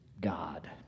God